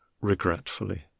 regretfully